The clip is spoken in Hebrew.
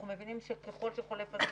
אנחנו מבינים שככל שחולף הזמן,